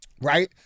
right